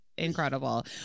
incredible